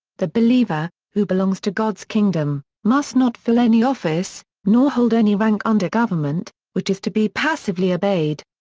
the believer, who belongs to god's kingdom, must not fill any office, nor hold any rank under government, which is to be passively obeyed.